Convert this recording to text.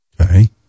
okay